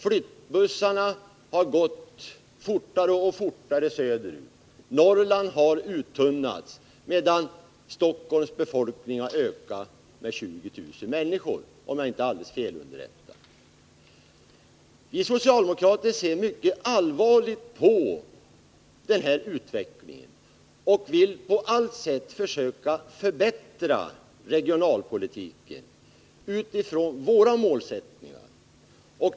Flyttbussarna har gått i en allt stridare ström söderut, och Norrland har uttunnats medan Stockholms befolkning, om jag inte är alldeles felunderrättad, har ökat med 20 000 människor. Vi socialdemokrater ser mycket allvarligt på denna utveckling och vill på allt sätt försöka förbättra regionalpolitiken i linje med de mål vi satt upp.